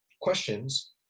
questions